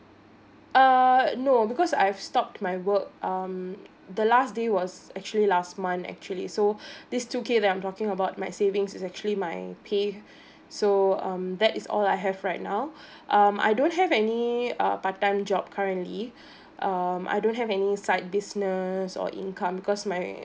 err no because I've stopped my work um the last day was actually last month actually so this two k that I'm talking about my savings is actually my pay so um that is all I have right now um I don't have any uh part time job currently um I don't have any side business or income cause my